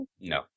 No